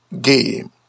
game